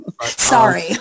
Sorry